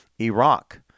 Iraq